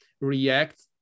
react